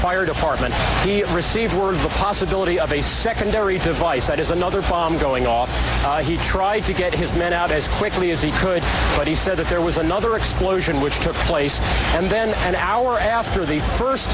fire department received the possibility of a secondary device that is another bomb going off to try to get his men out as quickly as he could but he said that there was another explosion which took place and then an hour after the